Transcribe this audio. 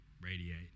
radiate